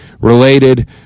related